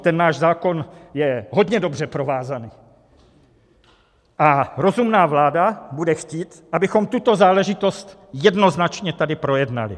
Ten náš zákon je hodně dobře provázaný a rozumná vláda bude chtít, abychom tuto záležitost jednoznačně tady projednali.